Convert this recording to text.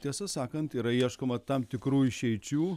tiesą sakant yra ieškoma tam tikrų išeičių